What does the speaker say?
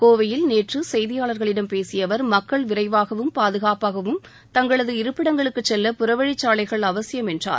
கோவையில் நேற்று செய்தியாளர்களிடம் பேசிய அவர் மக்கள் விரைவாகவும் பாதுகாப்பாகவும் தங்களது இருப்பிடங்களுக்குச் செல்ல புறவழிச்சாலைகள் அவசியம் என்றார்